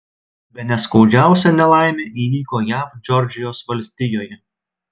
bene skaudžiausia nelaimė įvyko jav džordžijos valstijoje